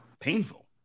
painful